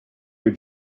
your